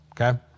okay